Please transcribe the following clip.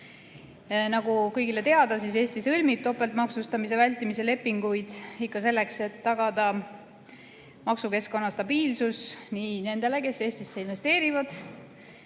Nagu kõigile teada, sõlmib Eesti topeltmaksustamise vältimise lepinguid ikka selleks, et tagada maksukeskkonna stabiilsus nii nendele, kes Eestisse investeerivad,